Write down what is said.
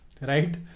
right